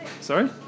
Sorry